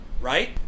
Right